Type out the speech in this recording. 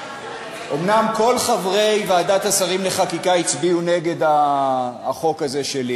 אומנם כל חברי ועדת שרים לחקיקה הצביעו נגד החוק הזה שלי.